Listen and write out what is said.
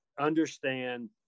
understand